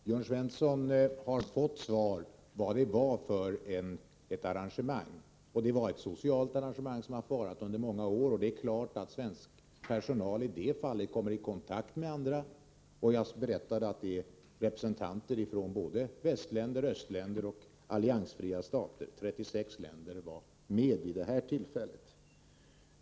Fru talman! Jörn Svensson har fått svar på frågan vad det var för arrangemang. Det var ett socialt arrangemang, som har ägt rum många år. Det är klart att svensk personal i ett sådant fall kommer i kontakt med andra. Jag berättade att det fanns representanter från såväl västländer, östländer som alliansfria stater — 36 länder var med vid det här tillfället.